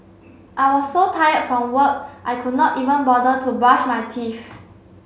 I was so tired from work I could not even bother to brush my teeth